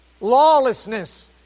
Lawlessness